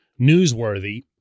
newsworthy